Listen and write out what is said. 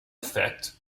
effect